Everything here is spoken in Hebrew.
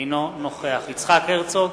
אינו נוכח יצחק הרצוג,